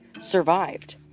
survived